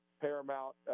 paramount